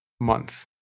month